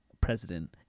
president